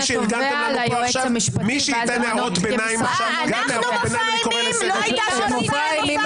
התובע ליועץ המשפטי --- לאור מופע האימים שארגנתם לנו פה עכשיו,